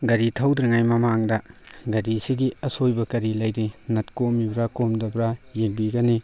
ꯒꯥꯔꯤ ꯊꯧꯗ꯭ꯔꯤꯉꯩ ꯃꯃꯥꯡꯗ ꯒꯥꯔꯤꯁꯤꯒꯤ ꯑꯁꯣꯏꯕ ꯀꯔꯤ ꯂꯩꯔꯤ ꯅꯠ ꯀꯣꯝꯃꯤꯕ꯭ꯔꯥ ꯀꯣꯝꯗꯕ꯭ꯔꯥ ꯌꯦꯡꯕꯤꯒꯅꯤ